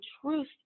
truth